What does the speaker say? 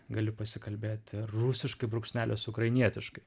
galiu pasikalbėti rusiškai brūkšnelis ukrainietiškai